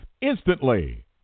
instantly